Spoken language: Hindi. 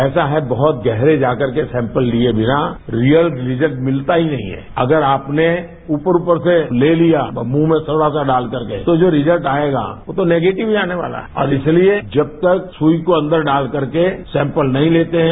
ऐसा है कि बहुत गहरे जाकर कर के सेंपल लिए बिना रियल रेजल्ट मिलता ही नहीं है अगर आपने से ऊपर ऊपर से ले लिया है मुह में थोडा डालकर के जो रिजल्ट आयेगा वह तो निगेटिव आना है और इसलिए जब तक सुई को अंदर डालकर के सेंपल नहीं लेते हैं